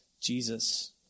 Jesus